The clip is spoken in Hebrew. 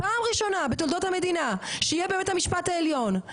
פעם ראשונה בתולדות המדינה שיהיה בבית המשפט העליון,